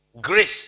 grace